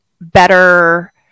better